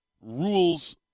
rules